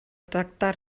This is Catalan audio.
tractar